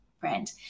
brand